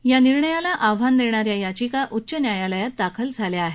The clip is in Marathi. या निर्णयाला आव्हान देणा या याचिका उच्च न्यायालयात दाखल झाल्या आहेत